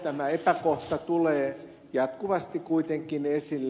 tämä epäkohta tulee jatkuvasti kuitenkin esille